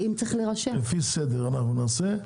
לפי סדר אנחנו נעשה,